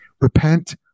repent